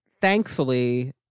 thankfully